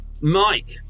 Mike